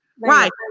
Right